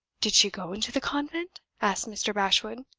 did she go into the convent? asked mr. bashwood.